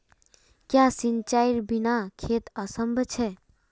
क्याँ सिंचाईर बिना खेत असंभव छै?